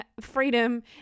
freedom